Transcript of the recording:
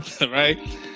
right